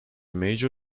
major